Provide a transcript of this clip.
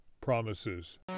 promises